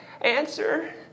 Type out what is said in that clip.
answer